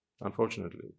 unfortunately